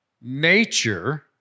Nature